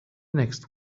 next